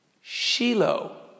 Shiloh